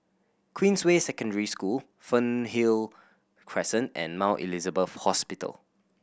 Queensway Secondary School Fernhill Crescent and Mount Elizabeth Hospital